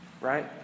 right